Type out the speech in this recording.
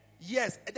Yes